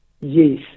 Yes